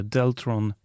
Deltron